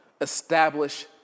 establish